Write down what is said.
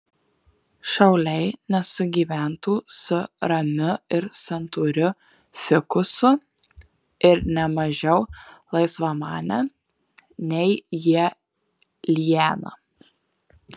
šauliai nesugyventų su ramiu ir santūriu fikusu ir ne mažiau laisvamane nei jie liana